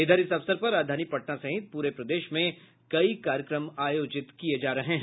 इधर इस अवसर पर राजधानी पटना सहित पूरे प्रदेश में कई कार्यक्रम आयोजित किये जा रहे हैं